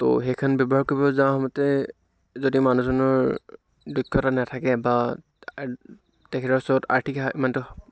ত' সেইখন ব্য়ৱহাৰ কৰিব যোৱা সময়তে যদি মানুহজনৰ দক্ষতা নাথাকে বা তেখেতৰ ওচৰত আৰ্থিক সাহা মানটো মানে